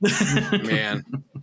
man